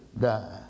die